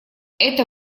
это